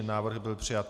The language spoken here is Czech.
Návrh byl přijat.